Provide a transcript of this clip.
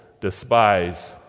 despise